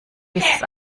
dieses